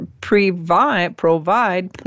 provide